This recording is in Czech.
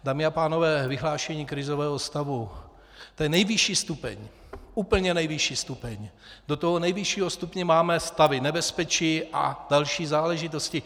Dámy a pánové, vyhlášení krizového stavu, ten nejvyšší stupeň, úplně nejvyšší stupeň, do toho nejvyššího stupně máme stavy nebezpečí a další záležitosti.